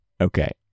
Okay